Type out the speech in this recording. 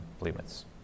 limits